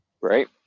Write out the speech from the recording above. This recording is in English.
right